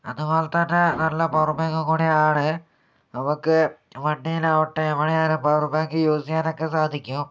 അതുപോലെത്തന്നെ നല്ല പവർബാങ്ക് കൂടിയാണ് നമുക്ക് വണ്ടിയിലാവട്ടെ എവിടെ ആയാലും പവർബാങ്ക് യൂസ് ചെയ്യാനൊക്കെ സാധിക്കും